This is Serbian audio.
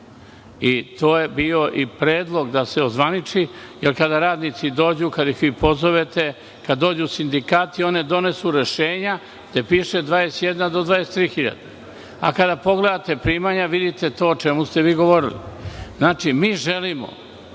i to je bio i predlog da se ozvaniči. Kada radnici dođu, kad ih pozovete, kad dođu sindikati oni donose rešenja gde piše 21 do 23 hiljade, d kada pogledate primanja vidite to o čemu ste vi govorili. Znači, mi želimo